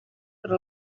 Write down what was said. per